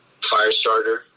Firestarter